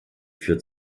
führt